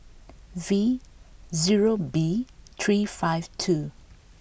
V zero B three five two